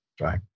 Right